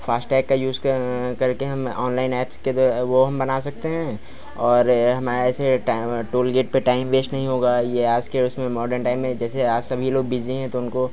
fast tag का use करके हम ओनलाइन एप्स के वह हम बना सकते हैं और यह हम ट टूलगेट पर टाइम वेस्ट नहीं होगा यह आज के उसमें मॉडर्न टाइम में जैसे आज सभी लोग बिजी हैं तो उनको